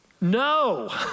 No